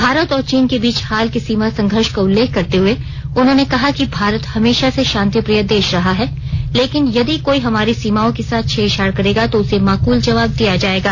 भारत और चीन के बीच हाल के सीमा संघर्ष का उल्लेख करते हुए उन्होंने कहा कि भारत हमेशा से शांति प्रिय देश रहा है लेकिन यदि कोई हमारी सीमाओं के साथ छेड़छाड़ करेगा तो उसे माकूल जवाब दिया जाएगा